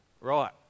Right